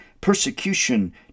persecution